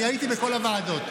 אני הייתי בכל הוועדות.